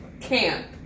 camp